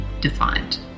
Defined